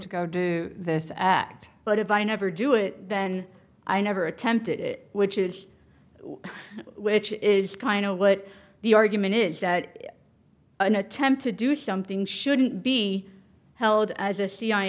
to go do this act but if i never do it then i never attempted it which is which is kind of what the argument is that an attempt to do something shouldn't be held as a c